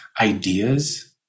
ideas